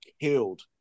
killed